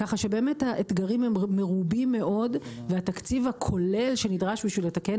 כך שבאמת האתגרים הם מרובים מאוד והתקציב הכולל שנדרש בשביל לתקן